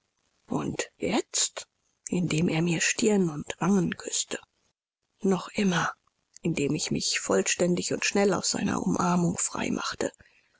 und jetzt indem er mir stirn und wangen küßte noch immer indem ich mich vollständig und schnell aus seiner umarmung frei machte